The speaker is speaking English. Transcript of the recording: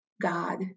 God